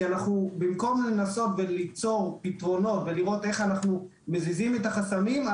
במקום לנסות ליצור פתרונות ולראות איך אנו מזיזים א החסמים,